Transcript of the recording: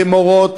כמורות,